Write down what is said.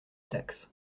taxe